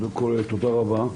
קודם כל, תודה רבה.